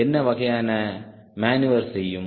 என்ன வகையான மேனியுவர் செய்யும்